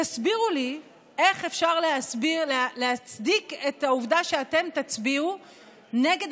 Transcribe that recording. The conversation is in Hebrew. תסבירו לי איך אפשר להצדיק את העובדה שאתם תצביעו נגד